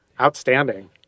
outstanding